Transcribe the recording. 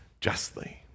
justly